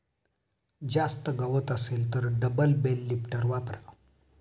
जास्त गवत असेल तर डबल बेल लिफ्टर वापरा